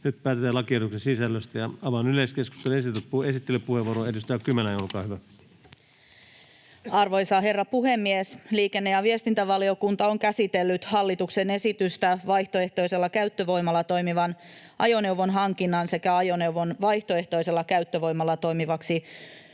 muuntamisen määräaikaisesta tukemisesta Time: 17:48 Content: Arvoisa herra puhemies! Liikenne‑ ja viestintävaliokunta on käsitellyt hallituksen esitystä vaihtoehtoisella käyttövoimalla toimivan ajoneuvon hankinnan sekä ajoneuvon vaihtoehtoisella käyttövoimalla toimivaksi